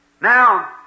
Now